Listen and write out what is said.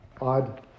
Odd